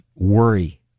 Worry